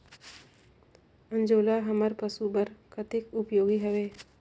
अंजोला हमर पशु बर कतेक उपयोगी हवे?